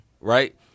right